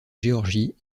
géorgie